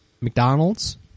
McDonald's